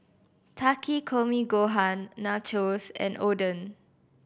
Takikomi Gohan Nachos and Oden